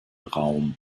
raum